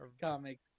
comics